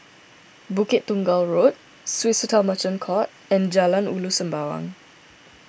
Bukit Tunggal Road Swissotel Merchant Court and Jalan Ulu Sembawang